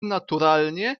naturalnie